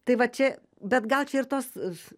tai vat čia bet gal čia ir tos